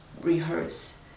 rehearse